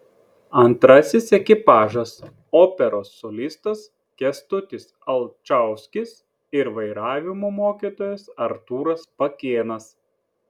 antrasis ekipažas operos solistas kęstutis alčauskis ir vairavimo mokytojas artūras pakėnas